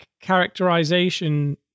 characterization